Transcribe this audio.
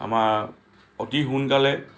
আমাৰ অতি সোনকালে